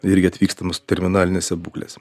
irgi atvykstama su terminalinėse būklės